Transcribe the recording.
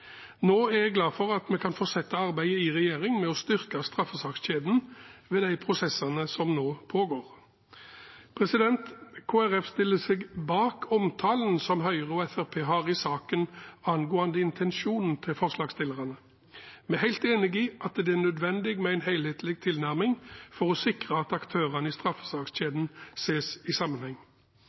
Nå er jeg glad for at vi kan fortsette arbeidet i regjering med å styrke straffesakskjeden ved de prosessene som nå pågår. Kristelig Folkeparti stiller seg bak omtalen som Høyre og Fremskrittspartiet har i saken angående intensjonen til forslagsstillerne. Vi er helt enig i at det er nødvendig med en helhetlig tilnærming for å sikre at aktørene i straffesakskjeden ses i sammenheng.